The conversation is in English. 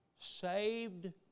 Saved